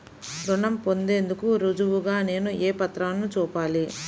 రుణం పొందేందుకు రుజువుగా నేను ఏ పత్రాలను చూపాలి?